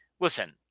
listen